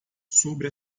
sobre